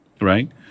right